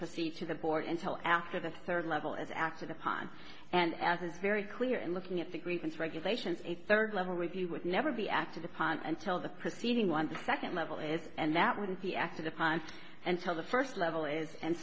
proceed to the board until after the third level is acted upon and as is very clear in looking at the grievance regulations a third level review would never be acted upon until the proceeding once a second level is and that wouldn't be acted upon and tell the first level is and